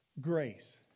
grace